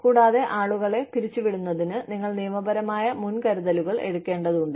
കൂടാതെ ആളുകളെ പിരിച്ചുവിടുന്നതിന് നിങ്ങൾ നിയമപരമായ മുൻകരുതലുകൾ എടുക്കേണ്ടതുണ്ട്